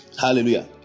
Hallelujah